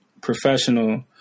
professional